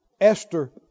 Esther